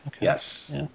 Yes